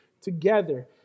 together